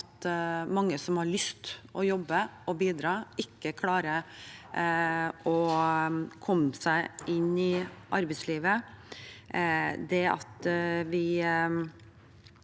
at mange som har lyst til å jobbe og bidra, ikke klarer å komme seg inn i arbeidslivet.